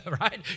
right